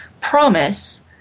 promise